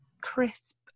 crisp